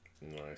Nice